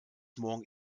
morgen